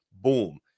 boom